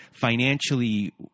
financially